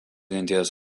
genties